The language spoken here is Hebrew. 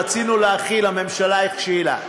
רצינו להחיל, הממשלה הכשילה.